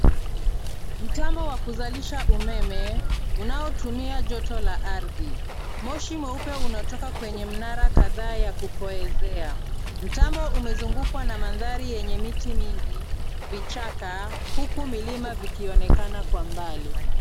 Mtambo wa kuzalisha umeme unaotumia joto la ardhi. Moshi mweupe unatoka kwenye mnara kadhaa yua kupooezea. Mtambo umezungukwa na mandhari yenye miti mingi, vichaka huku milima vikionekana kwa mbali.